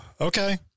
Okay